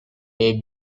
may